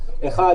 שניים,